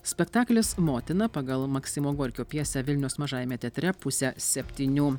spektaklis motina pagal maksimo gorkio pjesę vilniaus mažajame teatre pusę septynių